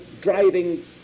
driving